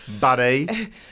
Buddy